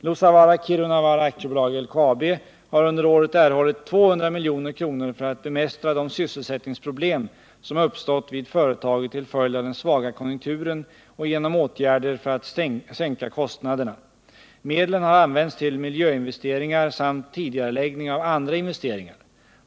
Luossavaara-Kiirunavaara AB har under året erhållit 200 milj.kr. för att bemästra de sysselsättningsproblem som uppstått vid företaget till följd av den svaga konjunkturen och genom åtgärder för att sänka kostnaderna. Medlen har använts till miljöinvesteringar samt tidigareläggning av andra investeringar.